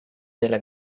della